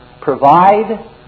Provide